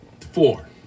four